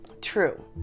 True